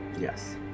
Yes